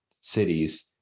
cities